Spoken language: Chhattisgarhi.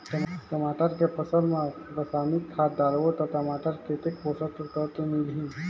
टमाटर के फसल मा रसायनिक खाद डालबो ता टमाटर कतेक पोषक तत्व मिलही?